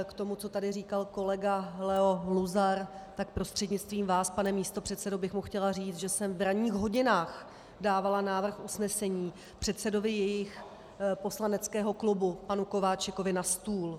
K tomu, co tady říkal kolega Leo Luzar, tak prostřednictvím vás, pane místopředsedo, bych mu chtěla říct, že jsem v ranních hodinách dávala návrh usnesení předsedovi jejich poslaneckého klubu panu Kováčikovi na stůl.